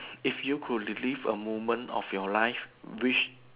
if you relive a moment of your life which